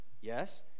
Yes